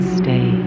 stay